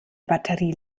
batterie